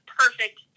perfect